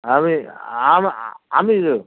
আমি আম আমি তো